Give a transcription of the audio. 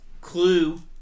Clue